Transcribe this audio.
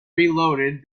reloaded